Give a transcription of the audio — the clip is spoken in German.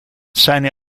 seine